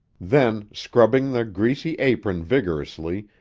then, scrubbing the greasy apron vigorously,